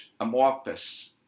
amorphous